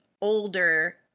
older